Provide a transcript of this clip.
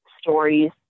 stories